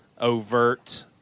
overt